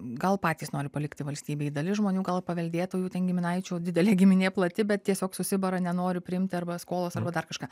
gal patys nori palikti valstybei dalis žmonių gal paveldėtojų ten giminaičių didelė giminė plati bet tiesiog susibara nenori priimti arba skolos arba dar kažką